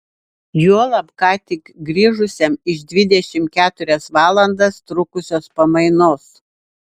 juolab ką tik grįžusiam iš dvidešimt keturias valandas trukusios pamainos